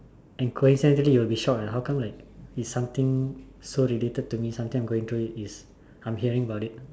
and coincidentally you will be shocked like how come like it's something so related to me something that I am going through I am hearing about it